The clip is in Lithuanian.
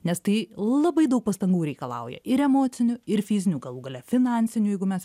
nes tai labai daug pastangų reikalauja ir emocinių ir fizinių galų gale finansinių jeigu mes